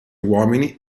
uomini